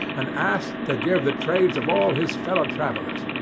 and asked to give the trades of all his fellow-travellers.